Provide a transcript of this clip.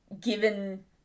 given